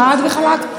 חד וחלק.